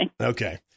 Okay